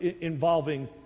involving